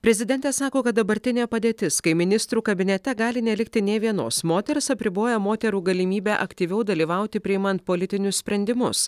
prezidentė sako kad dabartinė padėtis kai ministrų kabinete gali nelikti nė vienos moters apriboja moterų galimybę aktyviau dalyvauti priimant politinius sprendimus